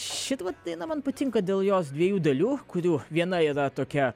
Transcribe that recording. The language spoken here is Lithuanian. šita vat daina man patinka dėl jos dviejų dalių kurių viena yra tokia